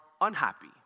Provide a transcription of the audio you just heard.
unhappy